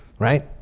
right?